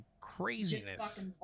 craziness